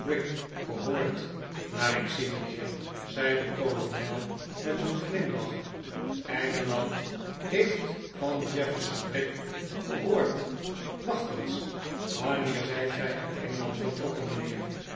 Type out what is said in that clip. gehoord naar ik zie mijnheer zei de kolonel met een glimlach engeland heeft van jefferson brick gehoord wacht eens wanneer zijt gij uit engeland vertrokken mijnheer